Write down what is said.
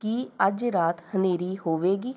ਕੀ ਅੱਜ ਰਾਤ ਹਨੇਰੀ ਹੋਵੇਗੀ